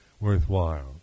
worthwhile